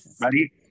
Ready